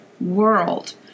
world